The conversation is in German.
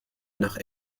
nach